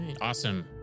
Awesome